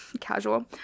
Casual